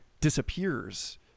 disappears